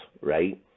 right